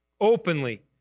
openly